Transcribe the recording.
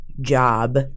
job